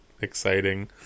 exciting